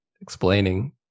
explaining